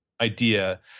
idea